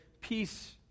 Peace